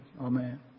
Amen